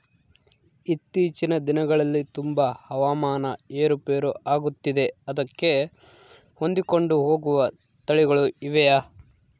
ಇತ್ತೇಚಿನ ದಿನಗಳಲ್ಲಿ ತುಂಬಾ ಹವಾಮಾನ ಏರು ಪೇರು ಆಗುತ್ತಿದೆ ಅದಕ್ಕೆ ಹೊಂದಿಕೊಂಡು ಹೋಗುವ ತಳಿಗಳು ಇವೆಯಾ?